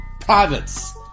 privates